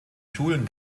schulen